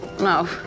No